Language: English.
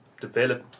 develop